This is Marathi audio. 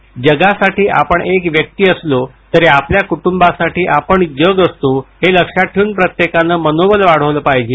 की जगासाठी आपण एक व्यक्ती असलो तरी आपल्या कुटुंबासाठी आपण जग असतो हे लक्षात ठेवून प्रत्येकानं मनोबल वाढवलं पाहिजे